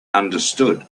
understood